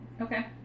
Okay